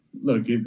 look